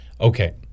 okay